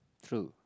true